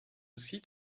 aussi